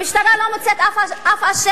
המשטרה לא מוצאת אף אשם,